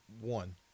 one